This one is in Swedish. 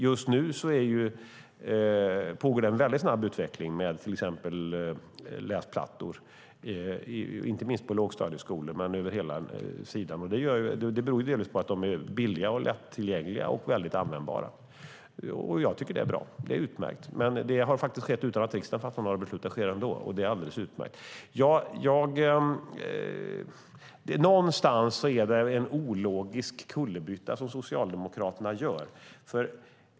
Just nu pågår det en väldigt snabb utveckling med till exempel läsplattor, inte minst på lågstadieskolorna. Det beror delvis på att de är billiga, lättillgängliga och väldigt användbara. Jag tycker att det är bra. Det är utmärkt. Men det har faktiskt skett utan att riksdagen har fattat några beslut. Det sker ändå. Det är alldeles utmärkt. Någonstans är det en ologisk kullerbytta som Socialdemokraterna gör.